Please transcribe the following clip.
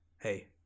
hey